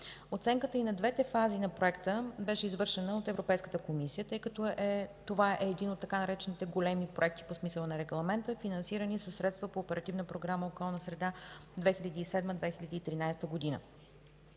Оценката и на двете фази на Проекта беше извършена от Европейската комисия, тъй като това е един от така наречените „големи проекти” по смисъла на Регламента, финансирани със средства по Оперативна програма „Околна среда” 2007 – 2013 г.